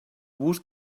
bus